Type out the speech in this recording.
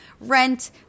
rent